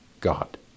God